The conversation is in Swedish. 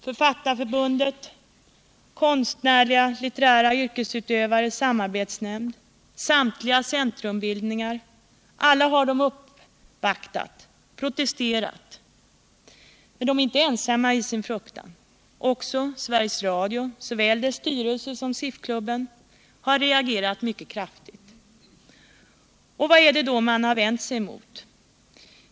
Författarförbundet, Konstnärliga och litterära yrkesutövares samarbetsnämnd och samtliga centrumbildningar har uppvaktat och protesterat. Men de är inte ensamma i sin fruktan. Även SR, såväl dess styrelse som SIF-klubben, har reagerat mycket kraftigt. Vad är det då man främst vänt sig mot?